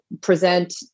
present